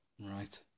right